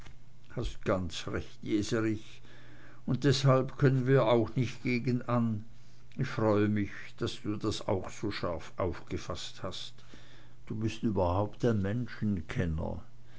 hast ganz recht jeserich und deshalb können wir auch nicht gegen an und ich freue mich daß du das auch so scharf aufgefaßt hast du bist überhaupt ein